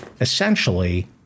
essentially